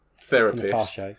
Therapist